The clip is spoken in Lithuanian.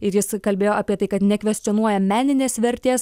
ir jis kalbėjo apie tai kad nekvestionuoja meninės vertės